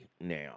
now